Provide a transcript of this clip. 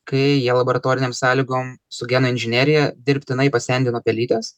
kai jie laboratorinėm sąlygom su genų inžinerija dirbtinai pasendino pelytes